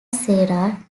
serra